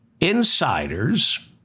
insiders